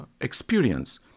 experience